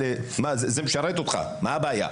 זה משרת אותך, מה הבעיה?